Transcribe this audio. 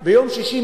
14:00 ביום שישי,